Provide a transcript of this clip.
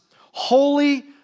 holy